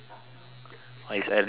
but it's at least half an hour